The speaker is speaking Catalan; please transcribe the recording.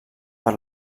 per